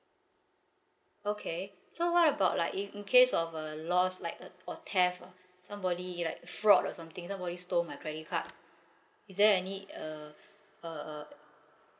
okay so what about like in case of a loss like a or theft ah somebody like fraud or something somebody stole my credit card is there any uh uh uh